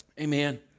Amen